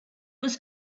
was